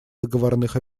договорных